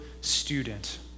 student